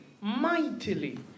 mightily